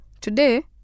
Today